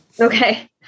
Okay